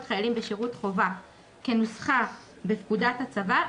חיילים בשירות חובה כנוסחה בפקודות הצבא,